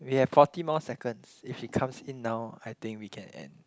we have forty more seconds if she comes in now I think we can end